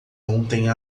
ontem